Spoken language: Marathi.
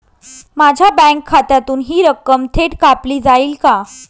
माझ्या बँक खात्यातून हि रक्कम थेट कापली जाईल का?